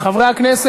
בעצם,